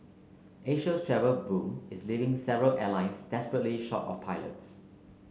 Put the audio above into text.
Asia's travel boom is leaving several airlines desperately short of pilots